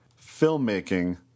filmmaking